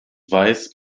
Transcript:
weiß